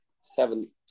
seven